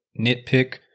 Nitpick